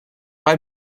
bei